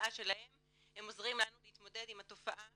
המחאה שלהם הם עוזרים לנו להתמודד עם התופעה